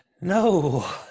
no